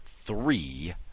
three